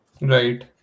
Right